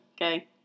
okay